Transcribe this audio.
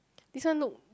this one look